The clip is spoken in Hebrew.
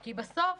כי בסוף